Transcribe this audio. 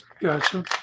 Gotcha